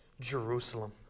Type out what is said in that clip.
Jerusalem